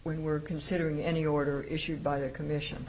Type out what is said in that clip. when we're considering any order issued by a commission